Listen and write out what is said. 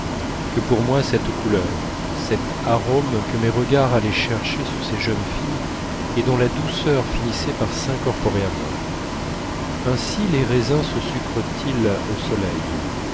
que pour moi cette couleur cet arôme que mes regards allaient chercher sur ces jeunes filles et dont la douceur finissait par s'incorporer à moi ainsi les raisins se sucrent ils au soleil